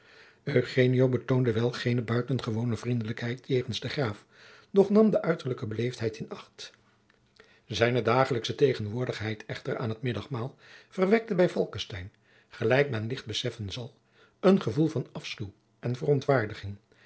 betoonde wel geene buitengewoue vriendelijkheid jegens den graaf doch nam de jacob van lennep de pleegzoon uiterlijke beleefdheid in acht zijne dagelijksche tegenwoordigheid echter aan het middagmaal verwekte bij falckestein gelijk men licht beseffen zal een gevoel van afschuw en verontwaardiging